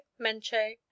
Menche